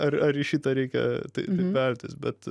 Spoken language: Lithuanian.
ar ar į šitą reikia veltis bet